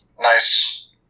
Nice